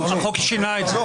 החוק שינה את זה.